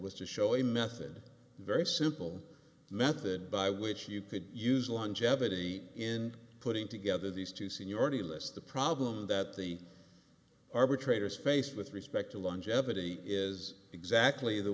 was to show a method very simple method by which you could use longevity in putting together these two seniority lists the problem that the arbitrators faced with respect to longevity is exactly the